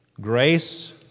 grace